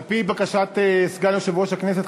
על-פי בקשת סגן יושב-ראש הכנסת,